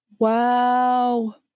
Wow